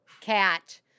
cat